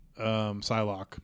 Psylocke